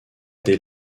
des